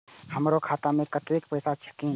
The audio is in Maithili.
हमरो खाता में कतेक पैसा छकीन?